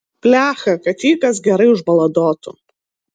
blecha kad jį kas gerai užbaladotų